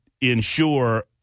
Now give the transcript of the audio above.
ensure